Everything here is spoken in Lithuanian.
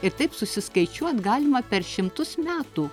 ir taip susiskaičiuot galima per šimtus metų